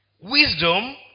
wisdom